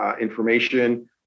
information